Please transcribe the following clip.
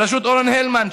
בראשות אורן הלמן,